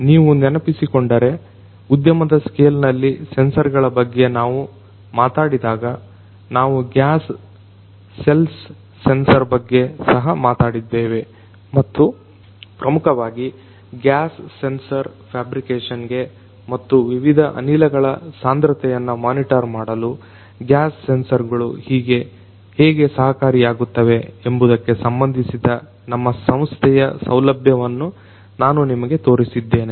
ನೀವು ನೆನಪಿಸಿಕೊಂಡರೆ ಉದ್ಯಮದ ಸ್ಕೇಲ್ನಲ್ಲಿ ಸೆನ್ಸರ್ಗಳ ಬಗ್ಗೆ ನಾವು ಮಾತಾಡಿದಾಗ ನಾವು ಗ್ಯಾಸ್ ಸೆಲ್ಸ್ ಸೆನ್ಸರ್ ಬಗ್ಗೆ ಸಹ ಮಾತಾಡಿದ್ದೇವೆ ಮತ್ತು ಪ್ರಮುಖವಾಗಿ ಗ್ಯಾಸ್ ಸೆನ್ಸರ್ ಫ್ಯಾಬ್ರಿಕೆಶನ್ಗೆ ಮತ್ತು ವಿವಿಧ ಅನಿಲಗಳ ಸಾಂದ್ರತೆಯನ್ನ ಮೊನಿಟರ್ ಮಾಡಲು ಗ್ಯಾಸ್ ಸೆನ್ಸರ್ ಗಳು ಹೇಗೆ ಸಹಕಾರಿಯಗುತ್ತವೆ ಎಂಬುದಕ್ಕೆ ಸಂಬಂಧಿಸಿದ ನಮ್ಮ ಸಂಸ್ಥೆಯ ಸೌಲಭ್ಯವನ್ನು ನಾನು ನಿಮಗೆ ತೋರಿಸಿದ್ದೇನೆ